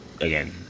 again